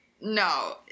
No